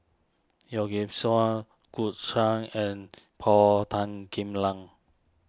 Yeoh Ghim Seng Gu Juan and Paul Tan Kim Liang